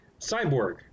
Cyborg